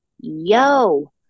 Yo